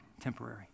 temporary